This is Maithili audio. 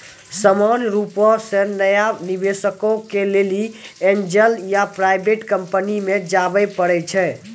सामान्य रुपो से नया निबेशको के लेली एंजल या प्राइवेट कंपनी मे जाबे परै छै